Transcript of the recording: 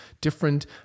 different